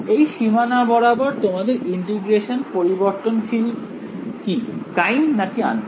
এই সীমানা বরাবর তোমাদের ইন্টিগ্রেশন পরিবর্তনশীল কি প্রাইম নাকি আনপ্রাইম